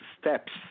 steps